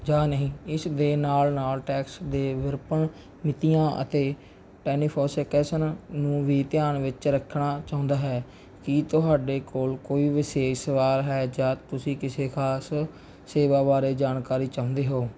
ਜਾਂ ਨਹੀਂ ਇਸ ਦੇ ਨਾਲ ਨਾਲ ਟੈਕਸ ਦੇ ਵਿਰਪਨ ਮਿਤੀਆਂ ਅਤੇ ਟੈਲੀਫੋਸੈਕਸਨ ਨੂੰ ਵੀ ਧਿਆਨ ਵਿੱਚ ਰੱਖਣਾ ਚਾਹੁੰਦਾ ਹੈ ਕਿ ਤੁਹਾਡੇ ਕੋਲ ਕੋਈ ਵਿਸ਼ੇਸ਼ ਸਵਾਲ ਹੈ ਜਾਂ ਤੁਸੀਂ ਕਿਸੇ ਖ਼ਾਸ ਸੇਵਾ ਬਾਰੇ ਜਾਣਕਾਰੀ ਚਾਹੁੰਦੇ ਹੋ